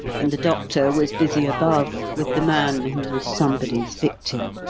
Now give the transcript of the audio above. and the doctor was busy above with the man who was somebody's victim.